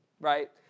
Right